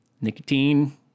Nicotine